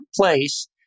place